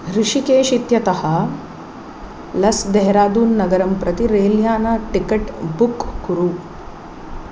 हृषीकेशः इत्यतः लस् देह्रादून् नगरं प्रति रेल्यान टिकेट् बुक् कुरु